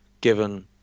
given